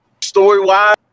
story-wise